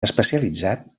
especialitzat